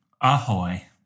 Ahoy